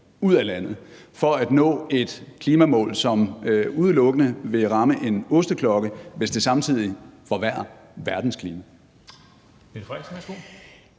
ud af landet for at nå et klimamål, som udelukkende vil ramme en osteklokke, hvis det samtidig forværrer verdens klima?